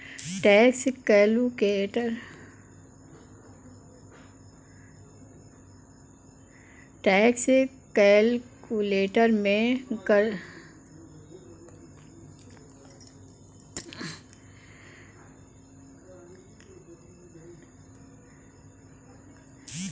tax calculator में करदाता अपने टैक्स गणना क अनुमान लगा सकला